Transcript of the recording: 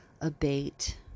abate